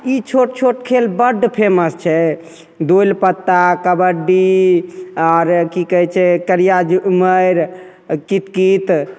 ई छोट छोट खेल बड्ड फेमस छै दौलि पत्ता कबड्डी आओर की कहय छै करिया झूम्मैर कितकित